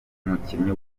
umukinnyi